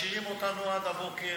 משאירים אותנו עד הבוקר,